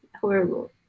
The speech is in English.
horrible